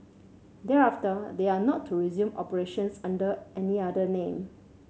thereafter they are not to resume operations under any other name